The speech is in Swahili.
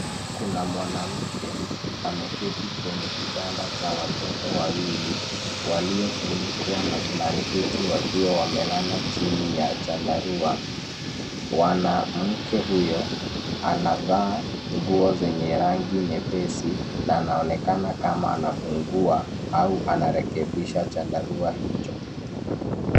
Kuna mwanamke ameketi kwenye kitanda cha watoto wawili waliofunikwa na blanketi wakiwa wamelala chini ya chandarua. Mwanamke huyo anavaaa nguo zenye rangi nyepesi na anaonekana kama anafungua au anarekebisha chandarua hicho.